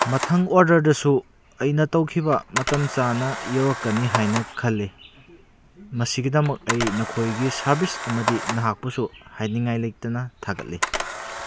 ꯃꯊꯪ ꯑꯣꯔꯗꯔꯗꯁꯨ ꯑꯩꯅ ꯇꯧꯈꯤꯕ ꯃꯇꯝ ꯆꯥꯅ ꯌꯧꯔꯛꯀꯅꯤ ꯍꯥꯏꯅ ꯈꯜꯂꯤ ꯃꯁꯤꯒꯤꯗꯃꯛ ꯑꯩ ꯅꯈꯣꯏꯒꯤ ꯁꯔꯚꯤꯁ ꯑꯃꯗꯤ ꯅꯍꯥꯛꯄꯨꯁꯨ ꯍꯥꯏꯅꯤꯡꯉꯥꯏ ꯂꯩꯇꯅ ꯊꯥꯒꯠꯂꯤ